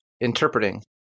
interpreting